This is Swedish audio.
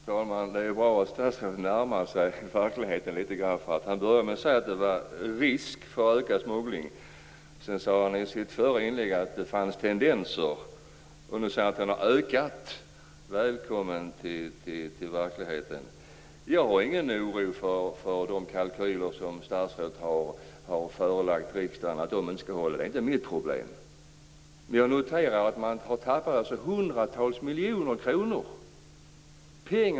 Fru talman! Det är bra att statsrådet närmar sig verkligheten litet grand. Han började med att säga att det fanns risk för ökad smuggling. I ett följande inlägg sade han att det fanns tendenser och i det senaste säger han att de har ökat. Välkommen till verkligheten! Jag känner ingen oro för att de kalkyler som statsrådet har förelagt riksdagen inte skall hålla. Det är inte mitt problem. Men jag noterar att man har tappat hundratals miljoner kronor.